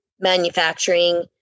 manufacturing